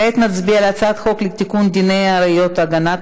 כעת נצביע על הצעת חוק לתיקון דיני הראיות (הגנת